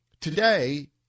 today